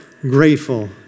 grateful